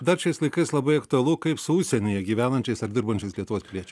dar šiais laikais labai aktualu kaip su užsienyje gyvenančiais ar dirbančiais lietuvos piliečiai